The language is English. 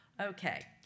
Okay